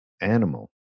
animal